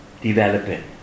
developing